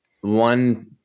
one